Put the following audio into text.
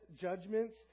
judgments